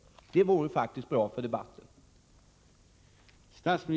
Det vore faktiskt bra för debatten.